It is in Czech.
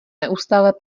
neustále